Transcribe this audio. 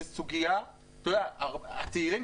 הצעירים,